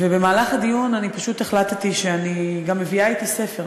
ובמהלך הדיון אני פשוט החלטתי שאני גם מביאה אתי ספר,